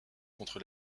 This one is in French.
contre